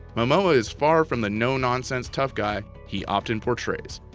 momoa is far from the no-nonsense tough guy he often portrays.